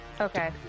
Okay